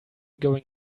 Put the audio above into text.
going